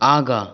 आगाँ